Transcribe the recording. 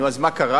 נו, אז מה קרה?